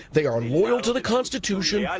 they are loyal to the constitution, yeah